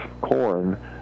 corn